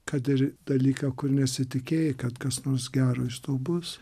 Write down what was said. kad ir dalyką kur nesitikėjai kad kas nors gero iš to bus